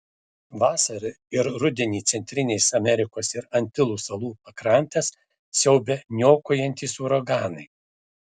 vasarą ir rudenį centrinės amerikos ir antilų salų pakrantes siaubia niokojantys uraganai